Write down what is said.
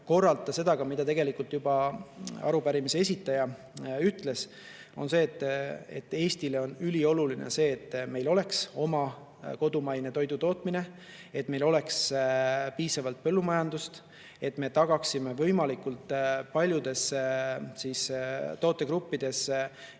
korrata seda, mida tegelikult juba arupärimise esitaja ütles. Eestile on ülioluline see, et meil oleks kodumaine toidutootmine, et meil oleks piisavalt põllumajandust ja et me tagaksime võimalikult paljudes tootegruppides eestimaise